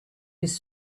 his